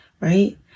right